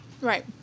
Right